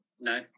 No